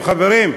חבר הכנסת,